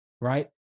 right